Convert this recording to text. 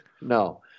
no